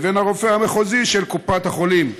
לבין הרופא המחוזי של קופת החולים,